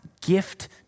gift